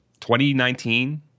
2019